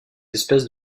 espèces